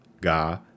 ga